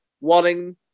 wanting